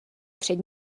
před